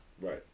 Right